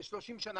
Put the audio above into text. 30 שנים,